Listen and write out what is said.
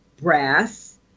brass